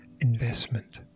investment